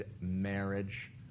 marriage